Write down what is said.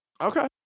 okay